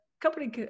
company